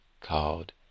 called